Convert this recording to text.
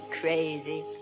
Crazy